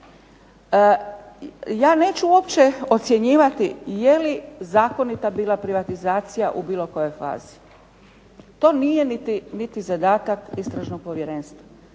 Ja neću uopće ocjenjivati jeli zakonita bila privatizacija u bilo kojoj fazi. To nije niti zadatak istražnog povjerenstva.